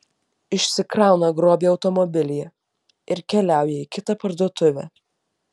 išsikrauna grobį automobilyje ir keliauja į kitą parduotuvę